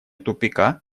тупика